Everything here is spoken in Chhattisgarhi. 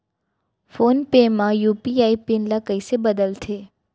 फोन पे म यू.पी.आई पिन ल कइसे बदलथे?